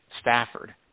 Stafford